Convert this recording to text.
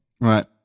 right